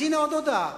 אז הנה עוד הודעה: